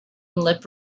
lip